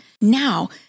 Now